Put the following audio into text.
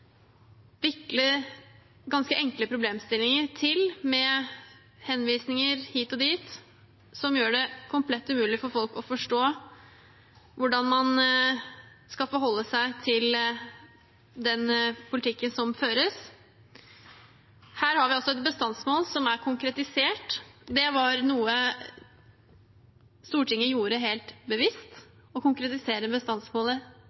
ganske enkle problemstillinger til med henvisninger hit og dit som gjør det komplett umulig for folk å forstå hvordan man skal forholde seg til den politikken som føres. Her har vi altså et bestandsmål som er konkretisert. Det var noe Stortinget gjorde helt bevisst – å konkretisere bestandsmålet,